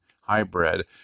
hybrid